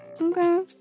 Okay